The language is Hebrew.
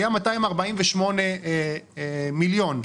היה 248 מיליון.